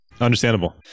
understandable